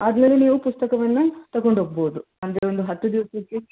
ಆದ್ಮೇಲೆ ನೀವು ಪುಸ್ತಕವನ್ನ ತಗೊಂಡು ಹೋಗ್ಬೋದು ಅಂದರೆ ಒಂದು ಹತ್ತು ದಿವಸಕ್ಕೆ